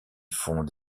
font